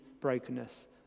brokenness